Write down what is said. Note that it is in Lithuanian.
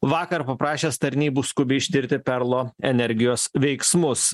vakar paprašęs tarnybų skubiai ištirti perlo energijos veiksmus